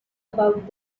about